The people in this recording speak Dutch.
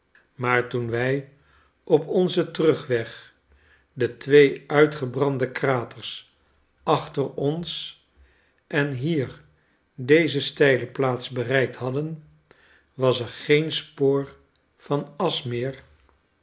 maar toen wij op onzen terugweg de twee uitgebrande kraters achter ons en hier deze steile plaats bereikt hadden was er geen spoor van